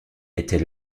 était